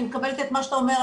אני מקבלת את מה שאתה אומר,